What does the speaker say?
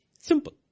Simple